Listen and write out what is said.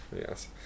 Yes